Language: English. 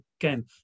again